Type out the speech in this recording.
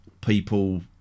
people